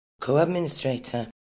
co-administrator